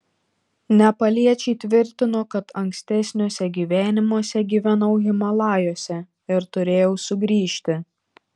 nepaliečiai tvirtino kad ankstesniuose gyvenimuose gyvenau himalajuose ir turėjau sugrįžti